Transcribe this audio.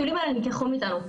הטיולים האלה נלקחו מאיתנו.